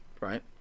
right